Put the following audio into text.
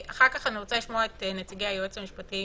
אחר כך אני רוצה לשמוע את נציגי היועץ המשפטי